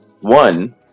one